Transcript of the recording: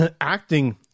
acting